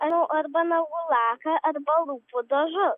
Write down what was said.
nu arba nagų laką arba lūpų dažus